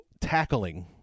tackling